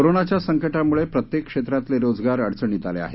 करोनाच्या संकटामुळे प्रत्येक क्षेत्रातले रोजगार अडचणीत आले आहेत